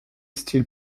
still